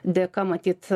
dėka matyt